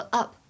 up